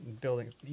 building